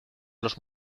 los